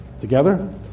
Together